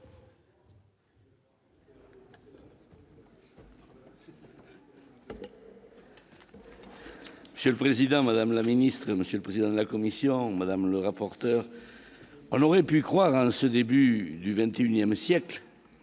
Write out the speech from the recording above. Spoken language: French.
C'est le président, Madame la Ministre, Monsieur le Président de la commission Madame le rapporteur, on aurait pu croire en ce début du 21ème siècle